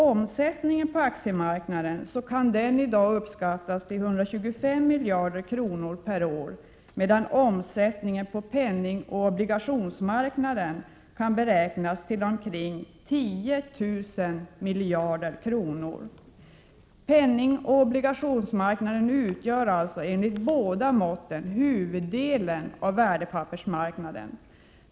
Omsättningen på aktiemarknaden kan i dag uppskattas till 125 miljarder kronor per år, medan omsättningen på penningoch obligationsmarknaden kan beräknas till omkring 10 000 miljarder kronor. Penningoch obligationsmarknaden utgör alltså enligt båda måtten huvuddelen av värdepappersmarknaden.